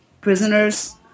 prisoners